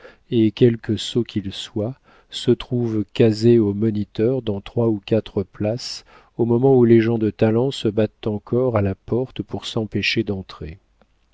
et quelque sots qu'ils soient se trouvent casés au moniteur dans trois ou quatre places au moment où les gens de talent se battent encore à la porte pour s'empêcher d'entrer